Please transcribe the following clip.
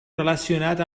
relacionat